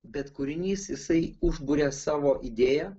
bet kūrinys jisai užburia savo idėja